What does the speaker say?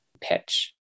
pitch